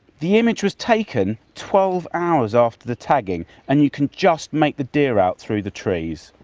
the image was taken twelve hours after the tagging and you can just make the deer out through the trees.